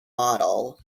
model